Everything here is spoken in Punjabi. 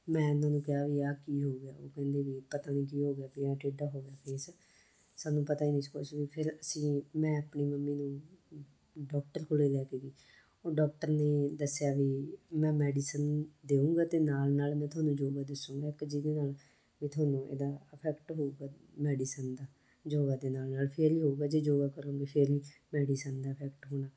ਮੈਂ ਉਹਨਾਂ ਨੂੰ ਕਿਹਾ ਵੀ ਇਹ ਕੀ ਹੋ ਗਿਆ ਉਹ ਕਹਿੰਦੇ ਵੀ ਪਤਾ ਨਹੀਂ ਕੀ ਹੋ ਗਿਆ ਵੀ ਐਂ ਟੇਡਾ ਹੋ ਗਿਆ ਫੇਸ ਸਾਨੂੰ ਪਤਾ ਹੀ ਨਹੀਂ ਸੀ ਕੁਛ ਵੀ ਫਿਰ ਅਸੀਂ ਮੈਂ ਆਪਣੀ ਮੰਮੀ ਨੂੰ ਡਾਕਟਰ ਕੋਲ ਲੈ ਕੇ ਗਈ ਉਹ ਡਾਕਟਰ ਨੇ ਦੱਸਿਆ ਵੀ ਮੈਂ ਮੈਡੀਸਨ ਦੇਵਾਂਗਾ ਅਤੇ ਨਾਲ ਨਾਲ ਮੈਂ ਤੁਹਾਨੂੰ ਯੋਗਾ ਦੱਸੂਗਾ ਇੱਕ ਜਿਹਦੇ ਨਾਲ ਵੀ ਤੁਹਾਨੂੰ ਇਹਦਾ ਇਫੈਕਟ ਹੋਵੇਗਾ ਮੈਡੀਸਨ ਦਾ ਯੋਗਾ ਦੇ ਨਾਲ ਨਾਲ ਫਿਰ ਹੀ ਹੋਵੇਗਾ ਜੇ ਯੋਗਾ ਕਰੂੰਗੇ ਫਿਰ ਹੀ ਮੈਡੀਸਨ ਦਾ ਇਫੈਕਟ ਹੋਣਾ